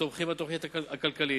ותומכים בתוכנית הכלכלית.